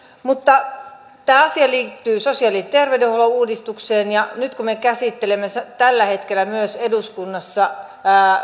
tämä asia liittyy sosiaali ja terveydenhuollon uudistukseen ja me käsittelemme nyt tällä hetkellä eduskunnassa myös